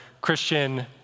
Christian